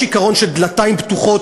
יש עיקרון של דלתיים פתוחות,